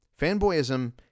Fanboyism